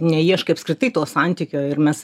neieškai apskritai to santykio ir mes